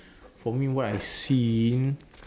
for me what I seen